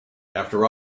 after